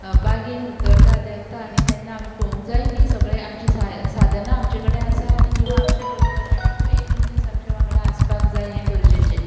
बागेंत उतरतात देंवतात आनी तेन्ना आमी पळोवंक जाय की सगळे आमचें साय सादनां आमचे कडेन आसात आनीक आमचे बरबर आनिकूय एक मनीस आमचें वांगडा आसपाक जाय हें गरजेचें